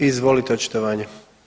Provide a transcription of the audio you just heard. Izvolite očitovanje.